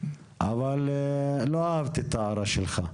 אבל לא אהבתי את ההערה שלך.